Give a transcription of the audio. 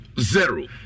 zero